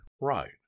Right